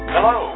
Hello